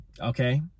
Okay